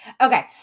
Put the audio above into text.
Okay